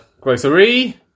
grocery